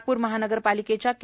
नागपूर महानगरपालिकेच्या के